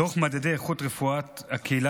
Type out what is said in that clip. דוח מדדי איכות רפואת הקהילה